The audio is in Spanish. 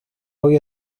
hoy